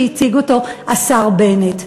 שהציג אותו השר בנט.